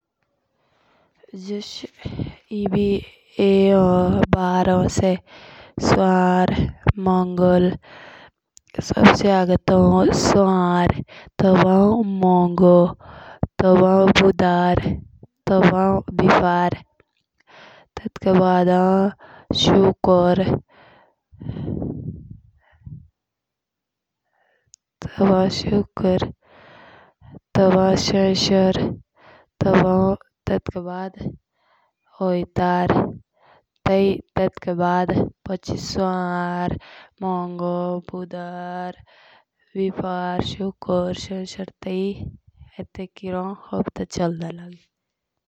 सुवार, मौगो, बुधार, बिफ़र, शुकर, शोइशर, ओइतर।